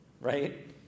Right